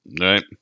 right